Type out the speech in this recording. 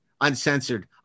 uncensored